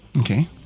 okay